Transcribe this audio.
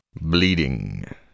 Bleeding